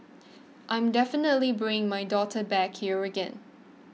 I'm definitely bringing my daughter back here again